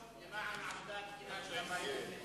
סובלים אלה שמתחילים לעשות להם את הקיצוצים הרוחביים.